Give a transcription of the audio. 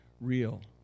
real